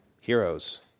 Heroes